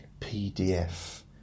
PDF